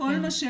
כל מה,